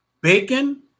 bacon